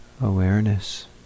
awareness